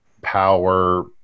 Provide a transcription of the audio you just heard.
power